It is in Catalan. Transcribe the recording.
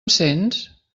sents